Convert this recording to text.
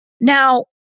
Now